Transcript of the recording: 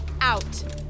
out